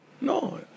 No